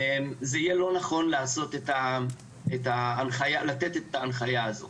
זה יהיה לא נכון לתת את ההנחיה הזאת